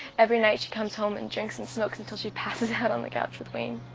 every night she comes home and drinks and smokes until she passes out on the couch with wayne.